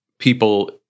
People